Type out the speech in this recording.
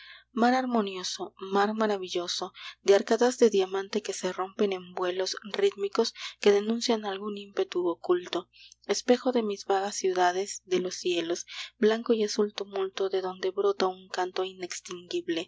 mar armonioso mar maravilloso de arcadas de diamante que se rompen en vuelos rítmicos que denuncian algún ímpetu oculto espejo de mis vagas ciudades de los cielos blanco y azul tumulto de donde brota un canto